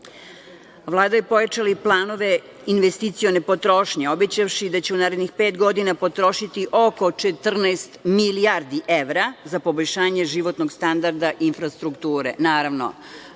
evra. Vlada je pojačala i planove investicione potrošnje obećavši da će u narednih pet godina potrošiti oko 14 milijardi evra za poboljšanje životnog standarda infrastrukture.